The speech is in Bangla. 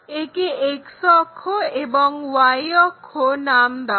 একে x অক্ষ y অক্ষ নাম দাও